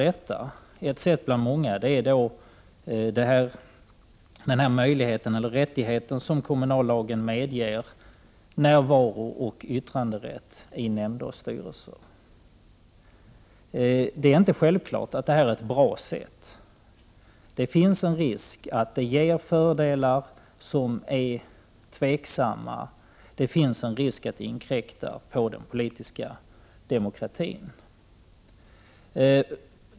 Ett sätt bland många att uppnå detta är den i kommunallagen medgivna närvarooch yttranderätten i nämnder och styrelser. Det är inte självklart att detta är en bra anordning. Det finns en risk för att det skapas fördelar som är tveksamma och att det inkräktar på den politiska demokratin.